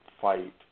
fight